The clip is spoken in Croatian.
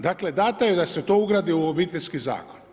Dakle, dato je da se to ugradi u Obiteljski zakon.